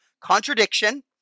contradiction